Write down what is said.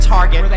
Target